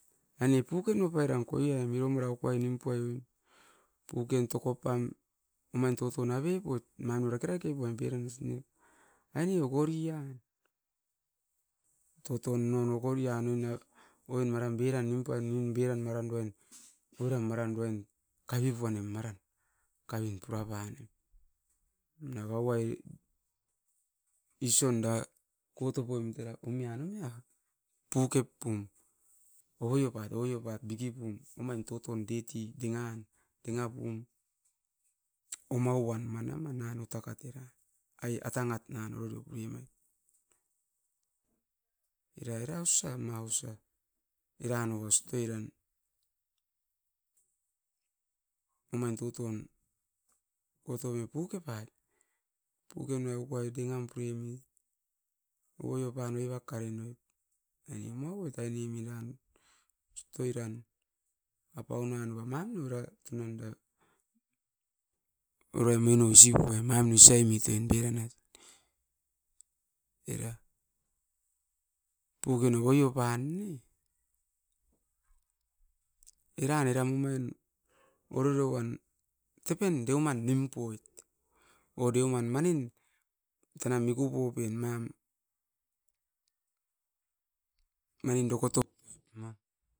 aine pukem ou pairan koiam. Iro marau koiai nimpuai'o puken toko pam omain toton ave poit, mamui rake rake puaim piran esun ne. Aine okori'an toton non okori an oin na, oin maram biran nimpuain nium biran maran duen, oiran maran duen kaiveun pan'im mara kaveun purapan. Nagau'ai isonda koto poimit era umian umia, pukep pum. Ogoi oupat, ogoi oupat diki pum, omain toton deti dengaan, denga pum. Oma'uan manam o nano takat era ai a tangat nano irop nimait. Era-era osa'i ma osai era no ostoi ran. Omain toton potome puke pat, pukem no ai ukuaitu inam p'ruemit, ogoi oupan oiba karim noit nai ne mouat ainemin nan ostoi ran. Apaun nuan nova mami ura tunan duai, oiruai meno osibia mamin osaimit uen beran ait. Era puken o ai oupan ne, eran-eran omain oriro uan. Tepen deoman nimpoit o deoman manin, tana miku popien mam manin dokotop poip ma.